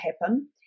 happen